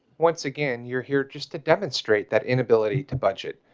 once again you're here just to demonstrate that inability to budget